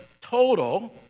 total